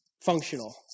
functional